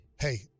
Hey